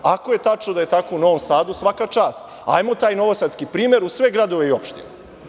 Ako je tačno da je tako u Novom Sadu, svaka čast, hajmo taj novosadski primer u sve gradove i opštine.